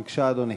בבקשה, אדוני.